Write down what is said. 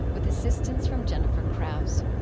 with assistance from jennifer krause.